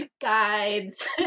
Guides